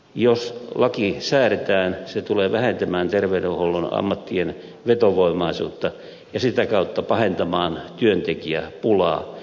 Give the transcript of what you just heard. jos laki säädetään se tulee vähentämään terveydenhuollon ammattien vetovoimaisuutta ja sitä kautta pahentamaan työntekijäpulaa